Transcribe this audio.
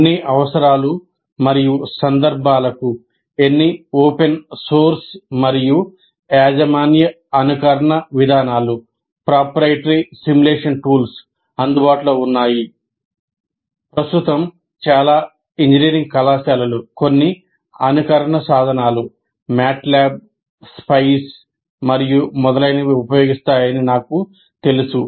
అన్ని అవసరాలు మరియు సందర్భాలకు ఎన్ని ఓపెన్ సోర్స్ మరియు యాజమాన్య అనుకరణ సాధనాలు మరియు మొదలైనవి ఉపయోగిస్తాయని నాకు తెలుసు